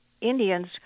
Indians